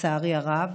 לצערי הרב,